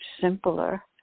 simpler